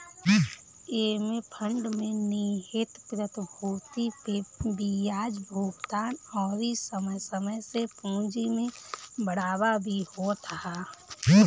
एमे फंड में निहित प्रतिभूति पे बियाज भुगतान अउरी समय समय से पूंजी में बढ़ावा भी होत ह